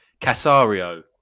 Casario